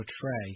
portray